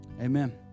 amen